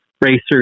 racers